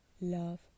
love